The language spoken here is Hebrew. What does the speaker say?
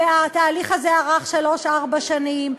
התהליך הזה ארך שלוש-ארבע שנים,